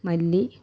മല്ലി